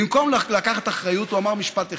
במקום לקחת אחריות הוא אמר משפט אחד.